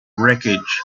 wreckage